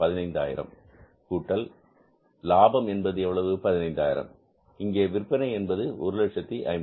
15000 கூட்டல் லாபம் என்பது எவ்வளவு 15000 இங்கே விற்பனை என்பது எவ்வளவு 150000